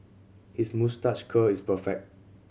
his moustache curl is perfect